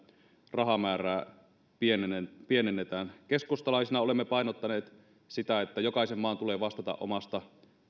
rahamäärää pienennetään keskustalaisina olemme painottaneet sitä että jokaisen maan tulee vastata omasta